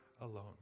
alone